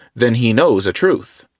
then he knows a truth.